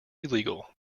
illegal